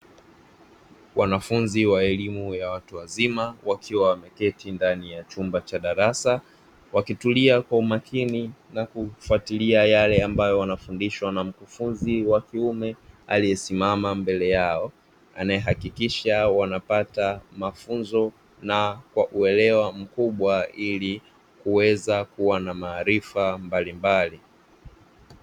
Wanafunzi wa elimu ya watu wazima wakiwa wameketi ndani ya chumba cha darasa, wakitulia kwa umakini na kufuatilia yale ambayo wanafundishwa na mkufunzi wakiume aliyesimama mbele yao, anaehakikisha wanapata mafunzo na kwa uelewa mkubwa ili kuweza kuwa na maarifa mbalimbali.